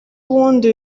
ubundi